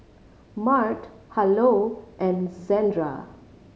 Mart Harlow and Zandra